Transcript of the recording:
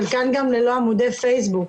חלקן גם ללא עמודי פייסבוק,